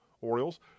Orioles